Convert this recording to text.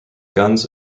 guns